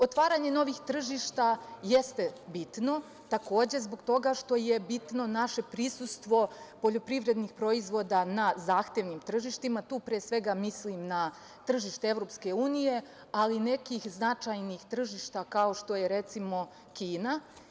Otvaranje novih tržišta jeste bitno, takođe zbog toga što je bitno naše prisustvo poljporpivrednih proizvoda na zahtevnim tržištima. pre svega, tu mislim na tržište EU, ali nekih značajnih tržišta kao što je, recimo, Kina.